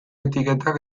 etiketak